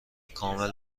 کامل